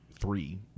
three